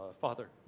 father